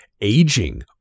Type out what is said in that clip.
aging